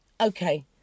okay